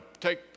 take